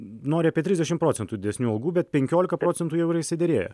nori apie trisdešim procentų didesnių algų bet penkiolika procentų jau yra išsiderėję